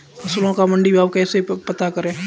फसलों का मंडी भाव कैसे पता करें?